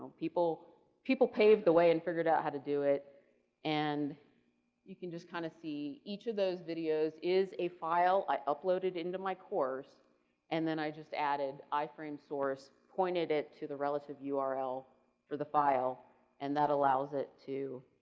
people people paid the way and figured out how to do it and you can just kind of see each of those videos is a file i uploaded into my course and then i just added iframe source pointed it to the relative url for the file and that allows it to